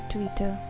Twitter